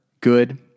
Good